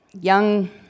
young